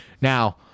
Now